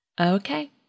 Okay